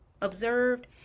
observed